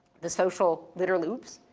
the social literally, oops,